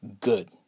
good